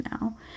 now